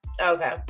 okay